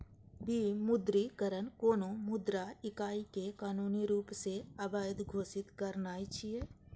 विमुद्रीकरण कोनो मुद्रा इकाइ कें कानूनी रूप सं अवैध घोषित करनाय छियै